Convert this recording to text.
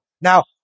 Now